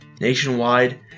Nationwide